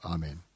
Amen